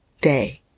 day